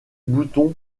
boutons